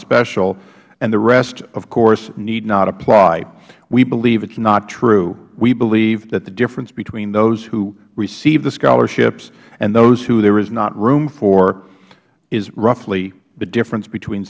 special and the rest of course need not apply we believe it is not true we believe that the difference between those who receive the scholarships and those who there is not room for is roughly the difference between